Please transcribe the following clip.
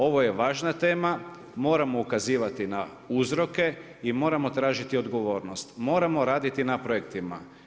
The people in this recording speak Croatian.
Ovo je važna tema, moramo ukazivati na uzroke i moramo tražiti odgovornost, moramo raditi na projektima.